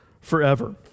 forever